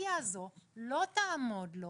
הפריווילגיה הזו לא תעמוד לו